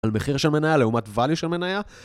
על מחיר של מניה לעומת וליו של מניה